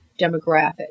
demographic